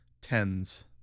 tens